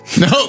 No